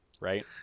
right